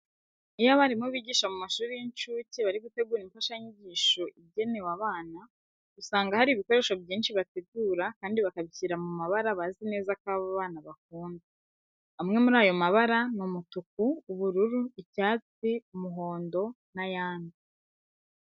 Iyo abarimu bigisha mu mashuri y'incuke bari gutegura imfashanyigisho igenewe aba bana, usanga hari ibikoresho byinshi bategura kandi bakabishyira mu mabara bazi neza ko abo bana bakunda. Amwe muri ayo mabara ni umutuku, ubururu, icyatsi, umuhondo n'ayandi.